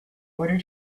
order